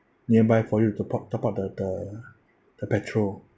nearby for you to top up top up the the the petrol